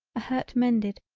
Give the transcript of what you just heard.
a hurt mended,